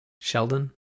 Sheldon